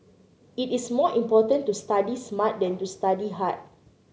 it is more important to study smart than to study hard